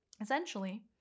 essentially